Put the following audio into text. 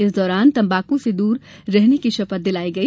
इस दौरान तम्बाकू से दूर रहने की शपथ दिलाई गई